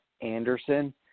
Anderson